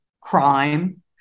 crime